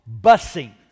busing